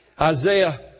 Isaiah